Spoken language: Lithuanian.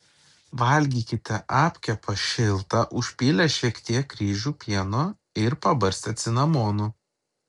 valgykite apkepą šiltą užpylę šiek tiek ryžių pieno ir pabarstę cinamonu